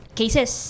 cases